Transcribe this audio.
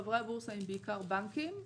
חברי הבורסה הם בעיקר בנקים,